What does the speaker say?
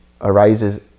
arises